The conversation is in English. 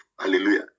Hallelujah